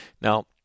Now